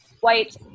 white